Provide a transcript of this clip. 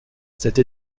cette